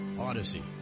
Odyssey